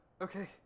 Okay